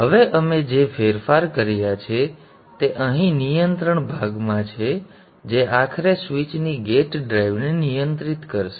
હવે અમે જે ફેરફારો કર્યા છે તે અહીં નિયંત્રણ ભાગમાં છે જે આખરે સ્વીચની ગેટ ડ્રાઇવ ને નિયંત્રિત કરશે